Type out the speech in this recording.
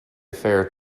affair